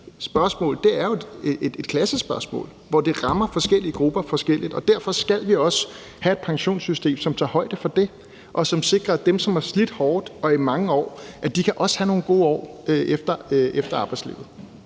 er jo et klassespørgsmål, hvor det rammer forskellige grupper forskelligt, og derfor skal vi også have et pensionssystem, som tager højde for det, og som sikrer, at dem, som har slidt hårdt og i mange år, også kan have nogle gode år efter arbejdslivet.